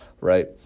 right